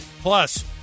plus